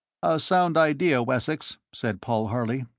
a sound idea, wessex, said paul harley.